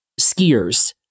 skiers